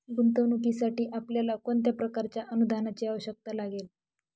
गुंतवणुकीसाठी आपल्याला कोणत्या प्रकारच्या अनुदानाची आवश्यकता लागेल?